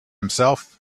himself